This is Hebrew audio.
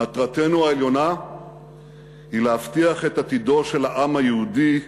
מטרתנו העליונה היא להבטיח את עתידו של העם היהודי,